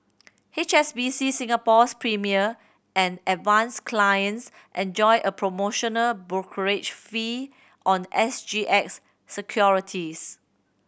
H S B C Singapore's Premier and Advance clients and enjoy a promotional brokerage fee on S G X securities